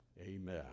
Amen